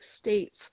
states